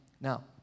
Now